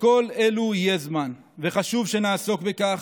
לכל אלו יהיה זמן, וחשוב שנעסוק בכך,